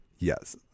Yes